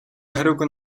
хариугүй